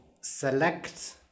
select